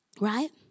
right